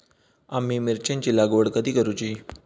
आम्ही मिरचेंची लागवड कधी करूची?